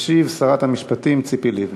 תשיב שרת המשפטים ציפי לבני.